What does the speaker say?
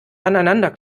aneinander